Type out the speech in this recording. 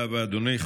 תודה רבה, אדוני.